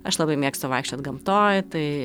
aš labai mėgstu vaikščiot gamtoj tai